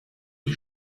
die